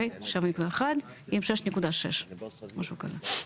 משהו כזה.